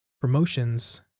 promotions